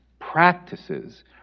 practices